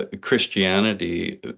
Christianity